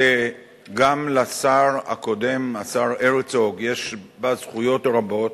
שגם לשר הקודם, השר הרצוג, יש בה זכויות רבות,